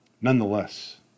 nonetheless